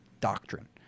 doctrine